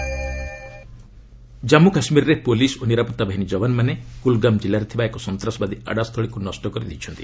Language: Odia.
ଜେକେ ହାଇଡ୍ଆଉଟ୍ ଜନ୍ମୁ କାଶ୍ମୀରରେ ପୁଲିସ୍ ଓ ନିରାପତ୍ତା ବାହିନୀ ଯବାନମାନେ କୁଲ୍ଗାମ୍ ଜିଲ୍ଲାରେ ଥିବା ଏକ ସନ୍ତାସବାଦୀ ଆଡ୍ଜାସ୍ଥଳୀକୁ ନଷ୍ଟ କରିଦେଇଛନ୍ତି